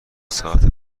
ساعت